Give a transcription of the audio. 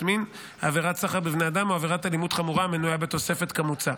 מין ,עבירת סחר בבני אדם או עבירת אלימות חמורה המנויה בתוספת כמוצע,